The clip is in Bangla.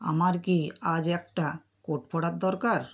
আমার কি আজ একটা কোট পরার দরকার